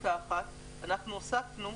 פסקה 1. אנחנו הוספנו.